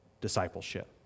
discipleship